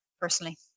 personally